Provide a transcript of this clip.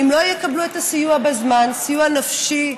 אם לא יקבלו את הסיוע בזמן, סיוע נפשי,